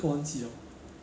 just 吃